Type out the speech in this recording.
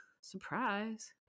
Surprise